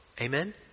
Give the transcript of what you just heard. Amen